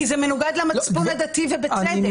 כי זה מנוגד למצפון הדתי ובצדק.